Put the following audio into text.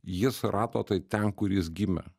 jis rato tai ten kur jis gimė